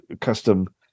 custom